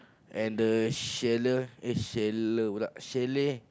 and the sheller eh sheller pula chalet